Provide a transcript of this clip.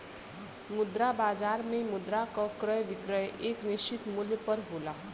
मुद्रा बाजार में मुद्रा क क्रय विक्रय एक निश्चित मूल्य पर होला